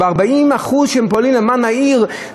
ב-40% שהם פועלים למען העיר,